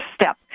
step